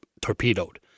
torpedoed